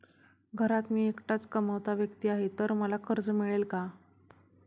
घरात मी एकटाच कमावता व्यक्ती आहे तर मला कर्ज मिळेल का?